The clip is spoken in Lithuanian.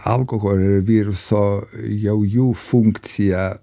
alkoholinio viruso jau jų funkcija